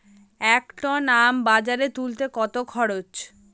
এক টন আম বাজারে তুলতে কত খরচ?